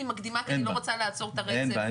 מקדימה כי אני לא רוצה לעצור את הרצף.